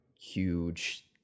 huge